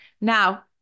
Now